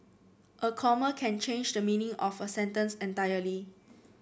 a comma can change the meaning of a sentence entirely